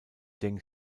deng